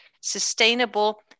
sustainable